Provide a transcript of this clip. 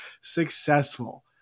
successful